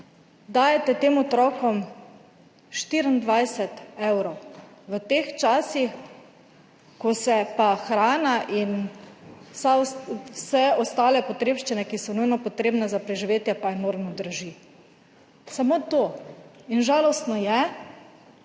dajete tem otrokom 24 evrov v teh časih, ko se hrana in vse ostale potrebščine, ki so nujno potrebne za preživetje, enormno dražijo. Samo to. Žalostno je,